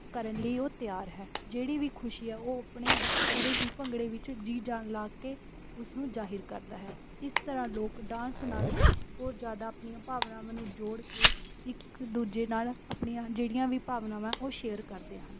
ਕਰਨ ਲਈ ਉਹ ਤਿਆਰ ਹੈ ਜਿਹੜੀ ਵੀ ਖੁਸ਼ੀ ਹੈ ਉਹ ਆਪਣੇ ਡਾ ਪੂਰੇ ਹੀ ਭੰਗੜੇ ਵਿੱਚ ਜੀ ਜਾਨ ਲਾ ਕੇ ਉਸ ਨੂੰ ਜ਼ਾਹਰ ਕਰਦਾ ਹੈ ਇਸ ਤਰ੍ਹਾਂ ਲੋਕ ਡਾਂਸ ਨਾਲ ਹੋਰ ਜ਼ਿਆਦਾ ਆਪਣੀਆਂ ਭਾਵਨਾਵਾਂ ਨੂੰ ਜੋੜ ਕੇ ਇੱਕ ਦੂਜੇ ਨਾਲ ਆਪਣੀਆਂ ਜਿਹੜੀਆਂ ਵੀ ਭਾਵਨਾਵਾਂ ਉਹ ਸ਼ੇਅਰ ਕਰਦੇ ਹਨ